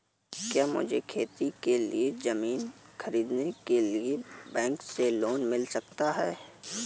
क्या मुझे खेती के लिए ज़मीन खरीदने के लिए बैंक से लोन मिल सकता है?